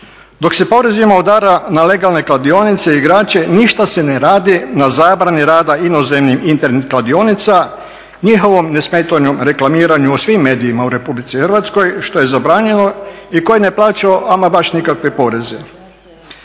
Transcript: Dok se porezima udara na legalne kladionice, …, ništa se ne radi na zabrani rada inozemnih internet kladionica, njihovom … reklamiranju u svim medijima u RH, što je zabranjeno i koji ne plaćaju ama baš nikakve poreze.